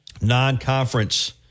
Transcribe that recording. non-conference